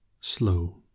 Slow